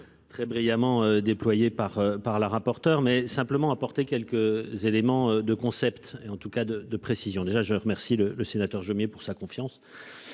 Très brillamment déployés par par la rapporteure mais simplement apporter quelques éléments de concept et en tout cas de de précision déjà je remercie le le sénateur, je mets pour sa confiance